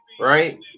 right